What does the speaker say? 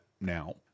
now